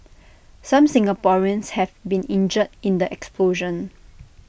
some Singaporeans have been injured in the explosion